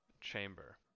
chamber